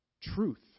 truth